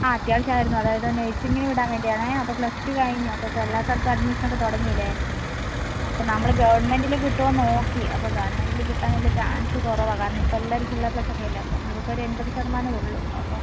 ആ അത്യാവശ്യം ആയിരുന്നു അതായത് നഴ്സിംഗിന് വിടാൻ വേണ്ടിയാണേ അപ്പോൾ പ്ലസ് ടു കഴിഞ്ഞു അപ്പോൾ ഇപ്പോൾ എല്ലാ സ്ഥലത്തും അഡ്മിഷൻ ഒക്കെ തുടങ്ങിയില്ലേ അപ്പോൾ നമ്മൾ ഗവൺമെൻറിൽ കിട്ടുമോ നോക്കി അപ്പം ഗവൺമെൻറിൽ കിട്ടാൻ വലിയ ചാൻസ് കുറവാണ് കാരണം ഇപ്പോൾ എല്ലാരും ഫുൾ എ പ്ലസ് ഒക്കെയല്ലെ അപ്പോൾ ഇവൾക്കൊരു എൺപത് ശതമാനം ഉള്ളു അപ്പം